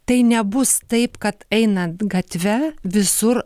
tai nebus taip kad einant gatve visur